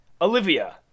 Olivia